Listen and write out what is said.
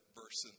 verse